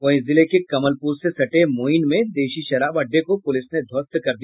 वहीं जिले के कमलपुर से सटे मोईन में देशी शराब अड्डे को पुलिस ने ध्वस्त कर दिया